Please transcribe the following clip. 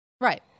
Right